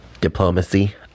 diplomacy